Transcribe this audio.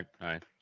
right